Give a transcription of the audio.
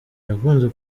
yakunze